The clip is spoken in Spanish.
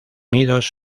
nidos